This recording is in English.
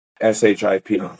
S-H-I-P